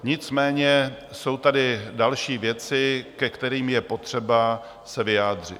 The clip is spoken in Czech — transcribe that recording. Nicméně jsou tady další věci, ke kterým je potřeba se vyjádřit.